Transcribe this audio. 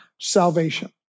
salvation